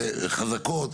יותר חזקות.